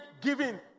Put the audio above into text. giving